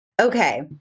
Okay